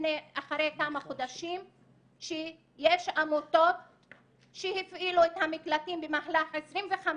אחרי כמה חודשים שיש עמותות שהפעילו את המקלטים במהלך 25,